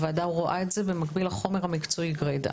הוועדה רואה את זה במקביל לחומר המקצועי גרידא.